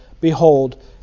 Behold